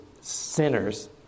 sinners